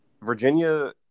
Virginia